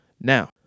Now